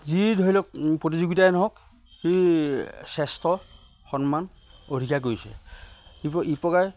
যি ধৰি লওক প্ৰতিযোগিতাই নহওক সেই শ্ৰেষ্ঠ সন্মান অধিকাৰ কৰিছে ইপকাৰে